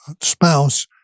spouse